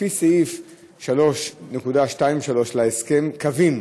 לפי סעיף 3.2.3 להסכם, קווים